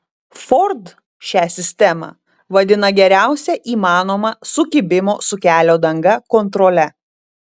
ford šią sistemą vadina geriausia įmanoma sukibimo su kelio danga kontrole